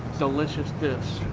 delicious dish.